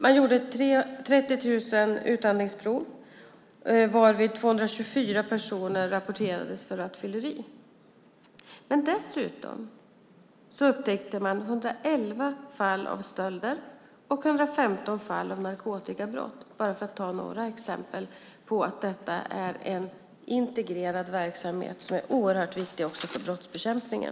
Man utförde 30 000 utandningsprov, varvid 224 personer rapporterades för rattfylleri. Men dessutom upptäckte man 111 fall av stölder och 156 fall av narkotikabrott. Det är några exempel på att detta är en integrerad verksamhet som är oerhört viktig också för brottsbekämpningen.